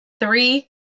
Three